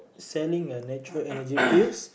selling a nature Energy Pills